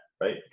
Right